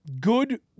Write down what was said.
good